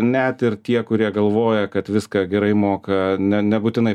net ir tie kurie galvoja kad viską gerai moka ne nebūtinai